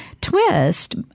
twist